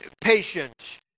patient